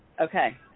Okay